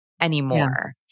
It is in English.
anymore